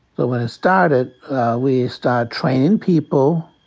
but when it started we started training people,